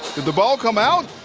did the ball come out?